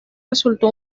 resultó